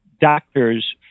doctors